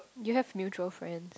you have mutual friends